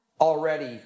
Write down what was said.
already